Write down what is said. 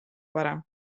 parem